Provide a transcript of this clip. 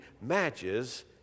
matches